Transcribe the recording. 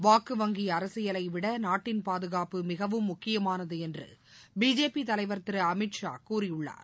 வாக்குவங்கி அரசியலைவிட நாட்டின் பாதுகாப்பு மிகவும் முக்கியமானது என்று பிஜேபி தலைவர் திரு அமித்ஷா கூறியுள்ளார்